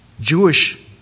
Jewish